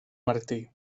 martí